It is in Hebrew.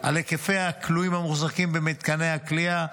על היקפי הכלואים המוחזקים במתקני הכליאה,